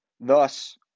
thus